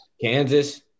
Kansas